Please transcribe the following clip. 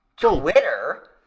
Twitter